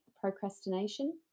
procrastination